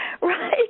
Right